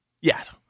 Yes